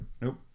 Nope